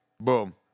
boom